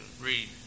Read